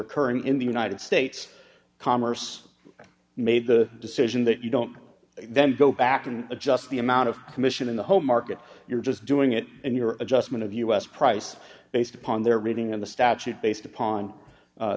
occurring in the united states commerce made the decision that you don't then go back and adjust the amount of commission in the whole market you're just doing it in your adjustment of u s price based upon their reading of the statute based upon